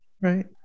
Right